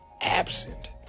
absent